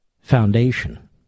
foundation